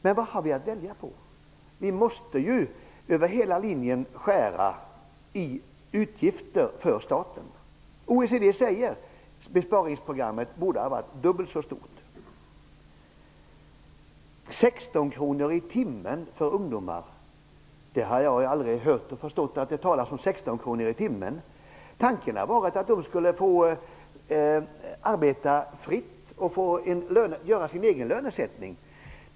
Men vad har vi att välja på? Vi måste skära i utgifter för staten över hela linjen. Från OECD säger man att besparingsprogrammet borde ha varit dubbelt så stort. Jag har aldrig hört eller förstått att det talas om 16 kr i timmen för ungdomar. Tanken har varit att de skulle få arbeta fritt och göra sin egen lönesättning.